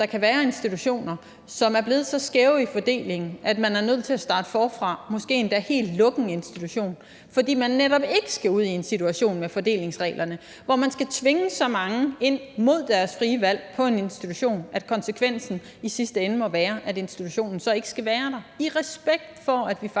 der kan være institutioner, som er blevet så skæve i forhold til fordeling, at man er nødt til at starte forfra, måske endda helt lukke en institution, fordi man netop ikke skal ud i en situation med fordelingsreglerne, hvor man skal tvinge så mange ind på en institution mod deres frie valg? Altså at konsekvensen i sidste ende må være, at institutionen så ikke skal være der, i respekt for at vi faktisk